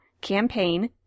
Campaign